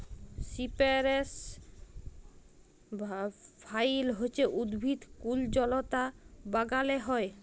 সিপেরেস ভাইল হছে উদ্ভিদ কুল্জলতা বাগালে হ্যয়